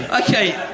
Okay